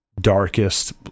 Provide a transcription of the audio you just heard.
darkest